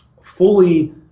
fully